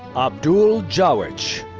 abdul jawich.